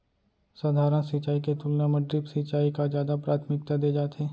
सधारन सिंचाई के तुलना मा ड्रिप सिंचाई का जादा प्राथमिकता दे जाथे